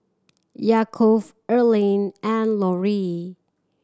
Yaakov Earlean and Lorrie